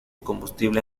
combustible